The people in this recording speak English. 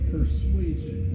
Persuasion